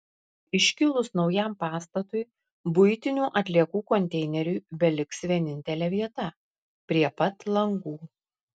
iškilus naujam pastatui buitinių atliekų konteineriui beliks vienintelė vieta prie pat langų